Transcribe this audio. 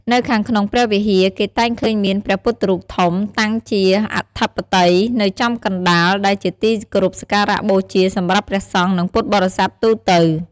នៅខាងក្នុងព្រះវិហារ គេតែងឃើញមាន ព្រះពុទ្ធរូបធំ តាំងជាអធិបតីនៅចំកណ្ដាល ដែលជាទីគោរពសក្ការៈបូជាសម្រាប់ព្រះសង្ឃ និងពុទ្ធបរិស័ទទូទៅ។